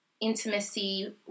intimacy